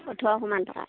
ওঠৰশমান টকা